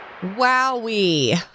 Wowie